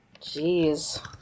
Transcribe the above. Jeez